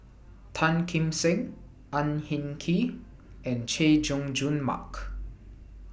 Tan Kim Seng Ang Hin Kee and Chay Jung Jun Mark